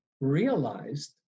realized